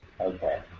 Okay